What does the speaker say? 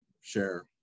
share